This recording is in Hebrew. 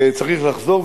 וצריך לחזור,